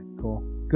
cool